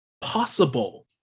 possible